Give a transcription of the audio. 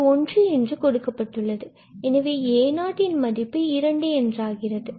இது ஒன்று என்று கொடுக்கப்பட்டுள்ளது எனவே a0இதன் மதிப்பு இரண்டு என்றாகிறது